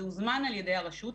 זה הוזמן על ידי הרשות,